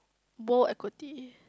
bore equity